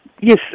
Yes